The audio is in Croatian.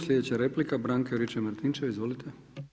Sljedeća replika Branka Juričev-Martinčev, izvolite.